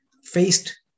faced